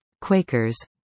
Quakers